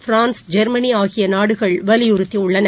France Germany ஆகியநாடுகள் வலியுறுத்தியுள்ளன